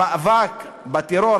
המאבק בטרור,